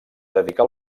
dedicar